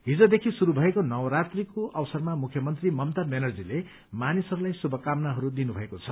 हिजदेखि शुरू भएको नवरात्रीको अवसरमा मुख्यमन्त्री ममता ब्यानर्जीले मानिसहरूलाई श्रुभकामनाहरू दिनुभएको छ